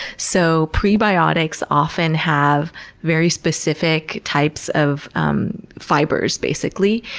so, prebiotics often have very specific types of um fibers, basically,